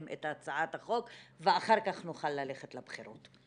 את הצעת החוק ואחר כך נוכל ללכת לבחירות.